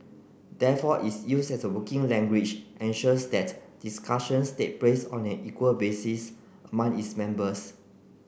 therefore its use as a working language ensures that discussions take place on an equal basis among its members